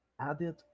added